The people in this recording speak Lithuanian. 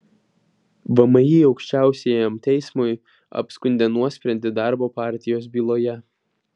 vmi aukščiausiajam teismui apskundė nuosprendį darbo partijos byloje